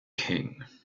king